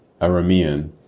Aramean